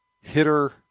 hitter